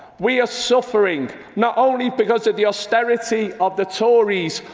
we are suffering, not only because of the austerity of the tories,